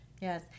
Yes